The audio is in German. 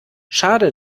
schade